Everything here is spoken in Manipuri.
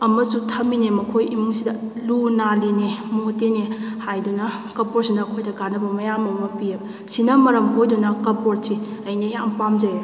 ꯑꯃꯁꯨ ꯊꯝꯃꯤꯅꯦ ꯃꯈꯣꯏ ꯏꯃꯨꯡꯁꯤꯗ ꯂꯨ ꯅꯥꯟꯂꯤꯅꯦ ꯃꯣꯠꯇꯦꯅꯦ ꯍꯥꯏꯗꯨꯅ ꯀꯞꯕꯣꯔꯗꯁꯤꯅ ꯑꯩꯈꯣꯏꯗ ꯀꯥꯟꯅꯕ ꯃꯌꯥꯝ ꯑꯃ ꯄꯤ ꯁꯤꯅ ꯃꯔꯝ ꯑꯣꯏꯗꯨꯅ ꯀꯞꯕꯣꯔꯗꯁꯤ ꯑꯩꯅ ꯌꯥꯝ ꯄꯥꯝꯖꯩ